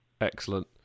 Excellent